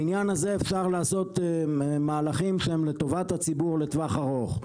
בעניין הזה אפשר לעשות מהלכים שהם לטובת הציבור לטווח ארוך.